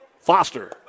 Foster